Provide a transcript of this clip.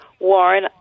Warren